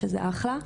שזה אחלה,